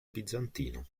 bizantino